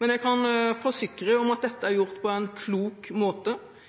Men jeg kan forsikre om at dette er gjort på en klok måte.